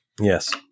Yes